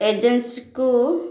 ଏଜେନ୍ସିକୁ